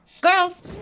Girls